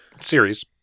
Series